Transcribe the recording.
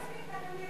זה לא מספיק,